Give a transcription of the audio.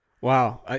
Wow